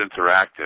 interactive